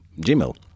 Gmail